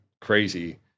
crazy